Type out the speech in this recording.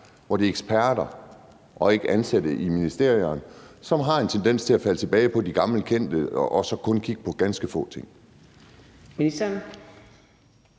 der kigger på det, og ikke ansatte i ministerier, som har en tendens til at falde tilbage på det gammelkendte og så kun kigge på ganske få ting.